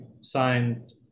signed –